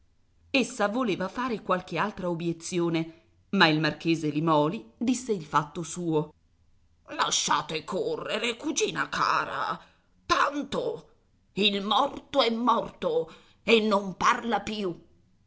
essa voleva fare qualche altra obiezione ma il marchese limòli disse il fatto suo lasciate correre cugina cara tanto il morto è morto e non parla più